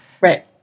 Right